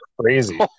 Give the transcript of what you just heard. crazy